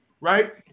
right